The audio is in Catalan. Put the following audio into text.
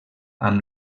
amb